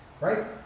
Right